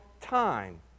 time